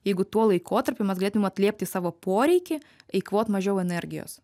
jeigu tuo laikotarpiu mes galėtume atliepti savo poreikį eikvot mažiau energijos